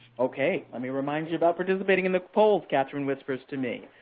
okay, let me remind you about participating in the polls, kathryn whispers to me.